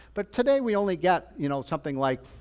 but today we only get you know something like,